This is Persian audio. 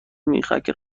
میخک